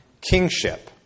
kingship